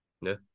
No